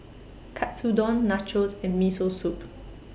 Katsudon Nachos and Miso Soup